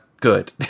good